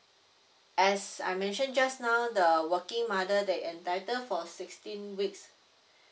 as I mentioned just now the working mother they entitle for sixteen weeks